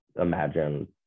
imagine